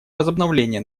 возобновление